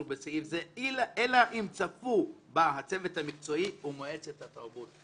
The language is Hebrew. בסעיף זה אלא אם צפו בה הצוות המקצועי או מועצת התרבות".